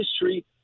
history